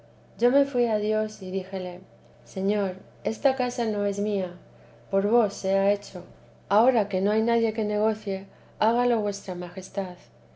yo me fui a dios y díjele señor esta casa no es mía por vos se ha hecho ahora que no hay nadie que negocie hágalo vuestra majestad